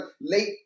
late